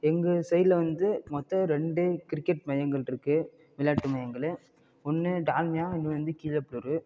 எங்கள் சைட்ல வந்து மொத்தம் ரெண்டு கிரிக்கெட் மையங்கள் இருக்குது விளையாட்டு மையங்கள் ஒன்று டால்மியா இன்னொன்று வந்து கீழப்பழுவூர்